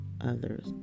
others